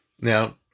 Now